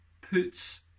puts